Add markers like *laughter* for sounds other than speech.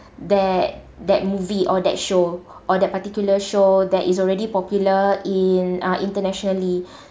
that that movie or that show or that particular show that is already popular in uh internationally *breath*